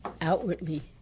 outwardly